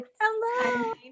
hello